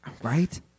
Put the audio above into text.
Right